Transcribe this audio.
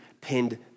pinned